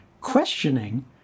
questioning